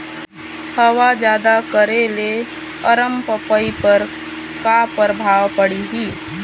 हवा जादा करे ले अरमपपई पर का परभाव पड़िही?